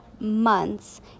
months